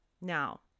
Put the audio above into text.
Now